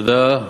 תודה,